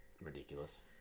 ridiculous